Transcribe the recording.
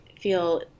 feel